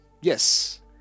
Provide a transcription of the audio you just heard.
yes